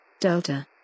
Delta